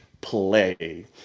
play